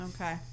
Okay